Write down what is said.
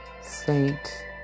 Saint